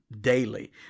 daily